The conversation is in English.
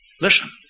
listen